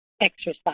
exercise